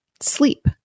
sleep